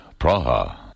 Praha